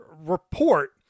report